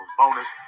bonus